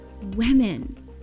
women